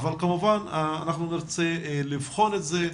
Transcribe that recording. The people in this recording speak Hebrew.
אבל כמובן אנחנו נרצה לבחון את זה,